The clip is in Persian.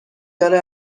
داره